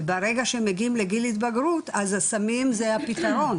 וברגע שהם מגיעים לגיל התבגרות אז הסמים זה הפתרון.